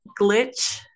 glitch